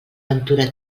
ventura